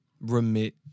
remit